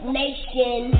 nation